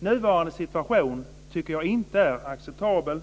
Nuvarande situation är inte acceptabel.